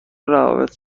روابط